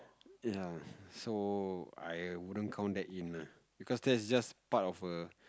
ya so I wouldn't count that in ah because that's just part of a